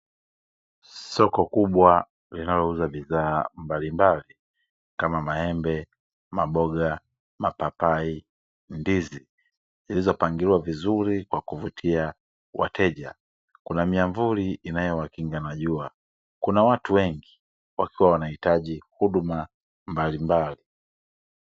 Soko kubwa linalouza bidhaa mbalimbali kama: maembe, maboga, mapapai, ndizi zilizopangiliwa vizuri kwa kuvutia wateja, kuna miamvuli inayowakinga na jua, kuna watu wengi wakiwa wanahitaji huduma mbalimbali.